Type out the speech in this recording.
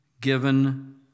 given